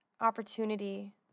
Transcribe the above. opportunity